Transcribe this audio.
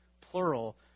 plural